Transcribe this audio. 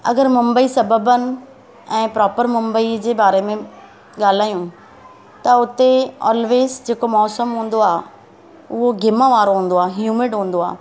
अगरि मुंबई सबअर्बन ऐं प्रॉपर मुम्बईअ जे बारे में ॻाल्हायूं त उते ऑल्वेज़ जेको मौसमु हूंदो आहे उहो घिम वारो हूंदो आहे ह्युमिड हूंदो आहे